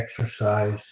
exercise